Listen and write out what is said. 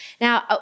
Now